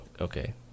okay